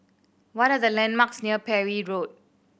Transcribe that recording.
what are the landmarks near Parry Road